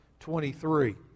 23